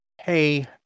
hey